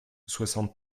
soixante